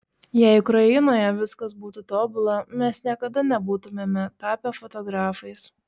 jei ukrainoje viskas būtų tobula mes niekada nebūtumėme tapę fotografais